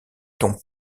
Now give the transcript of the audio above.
ton